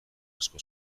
asko